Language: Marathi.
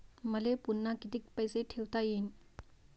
मले पुन्हा कितीक पैसे ठेवता येईन?